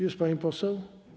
Jest pani poseł?